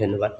ধন্যবাদ